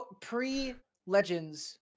Pre-Legends